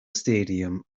stadium